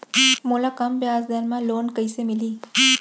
मोला कम ब्याजदर में लोन कइसे मिलही?